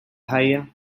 ħajja